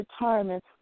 retirement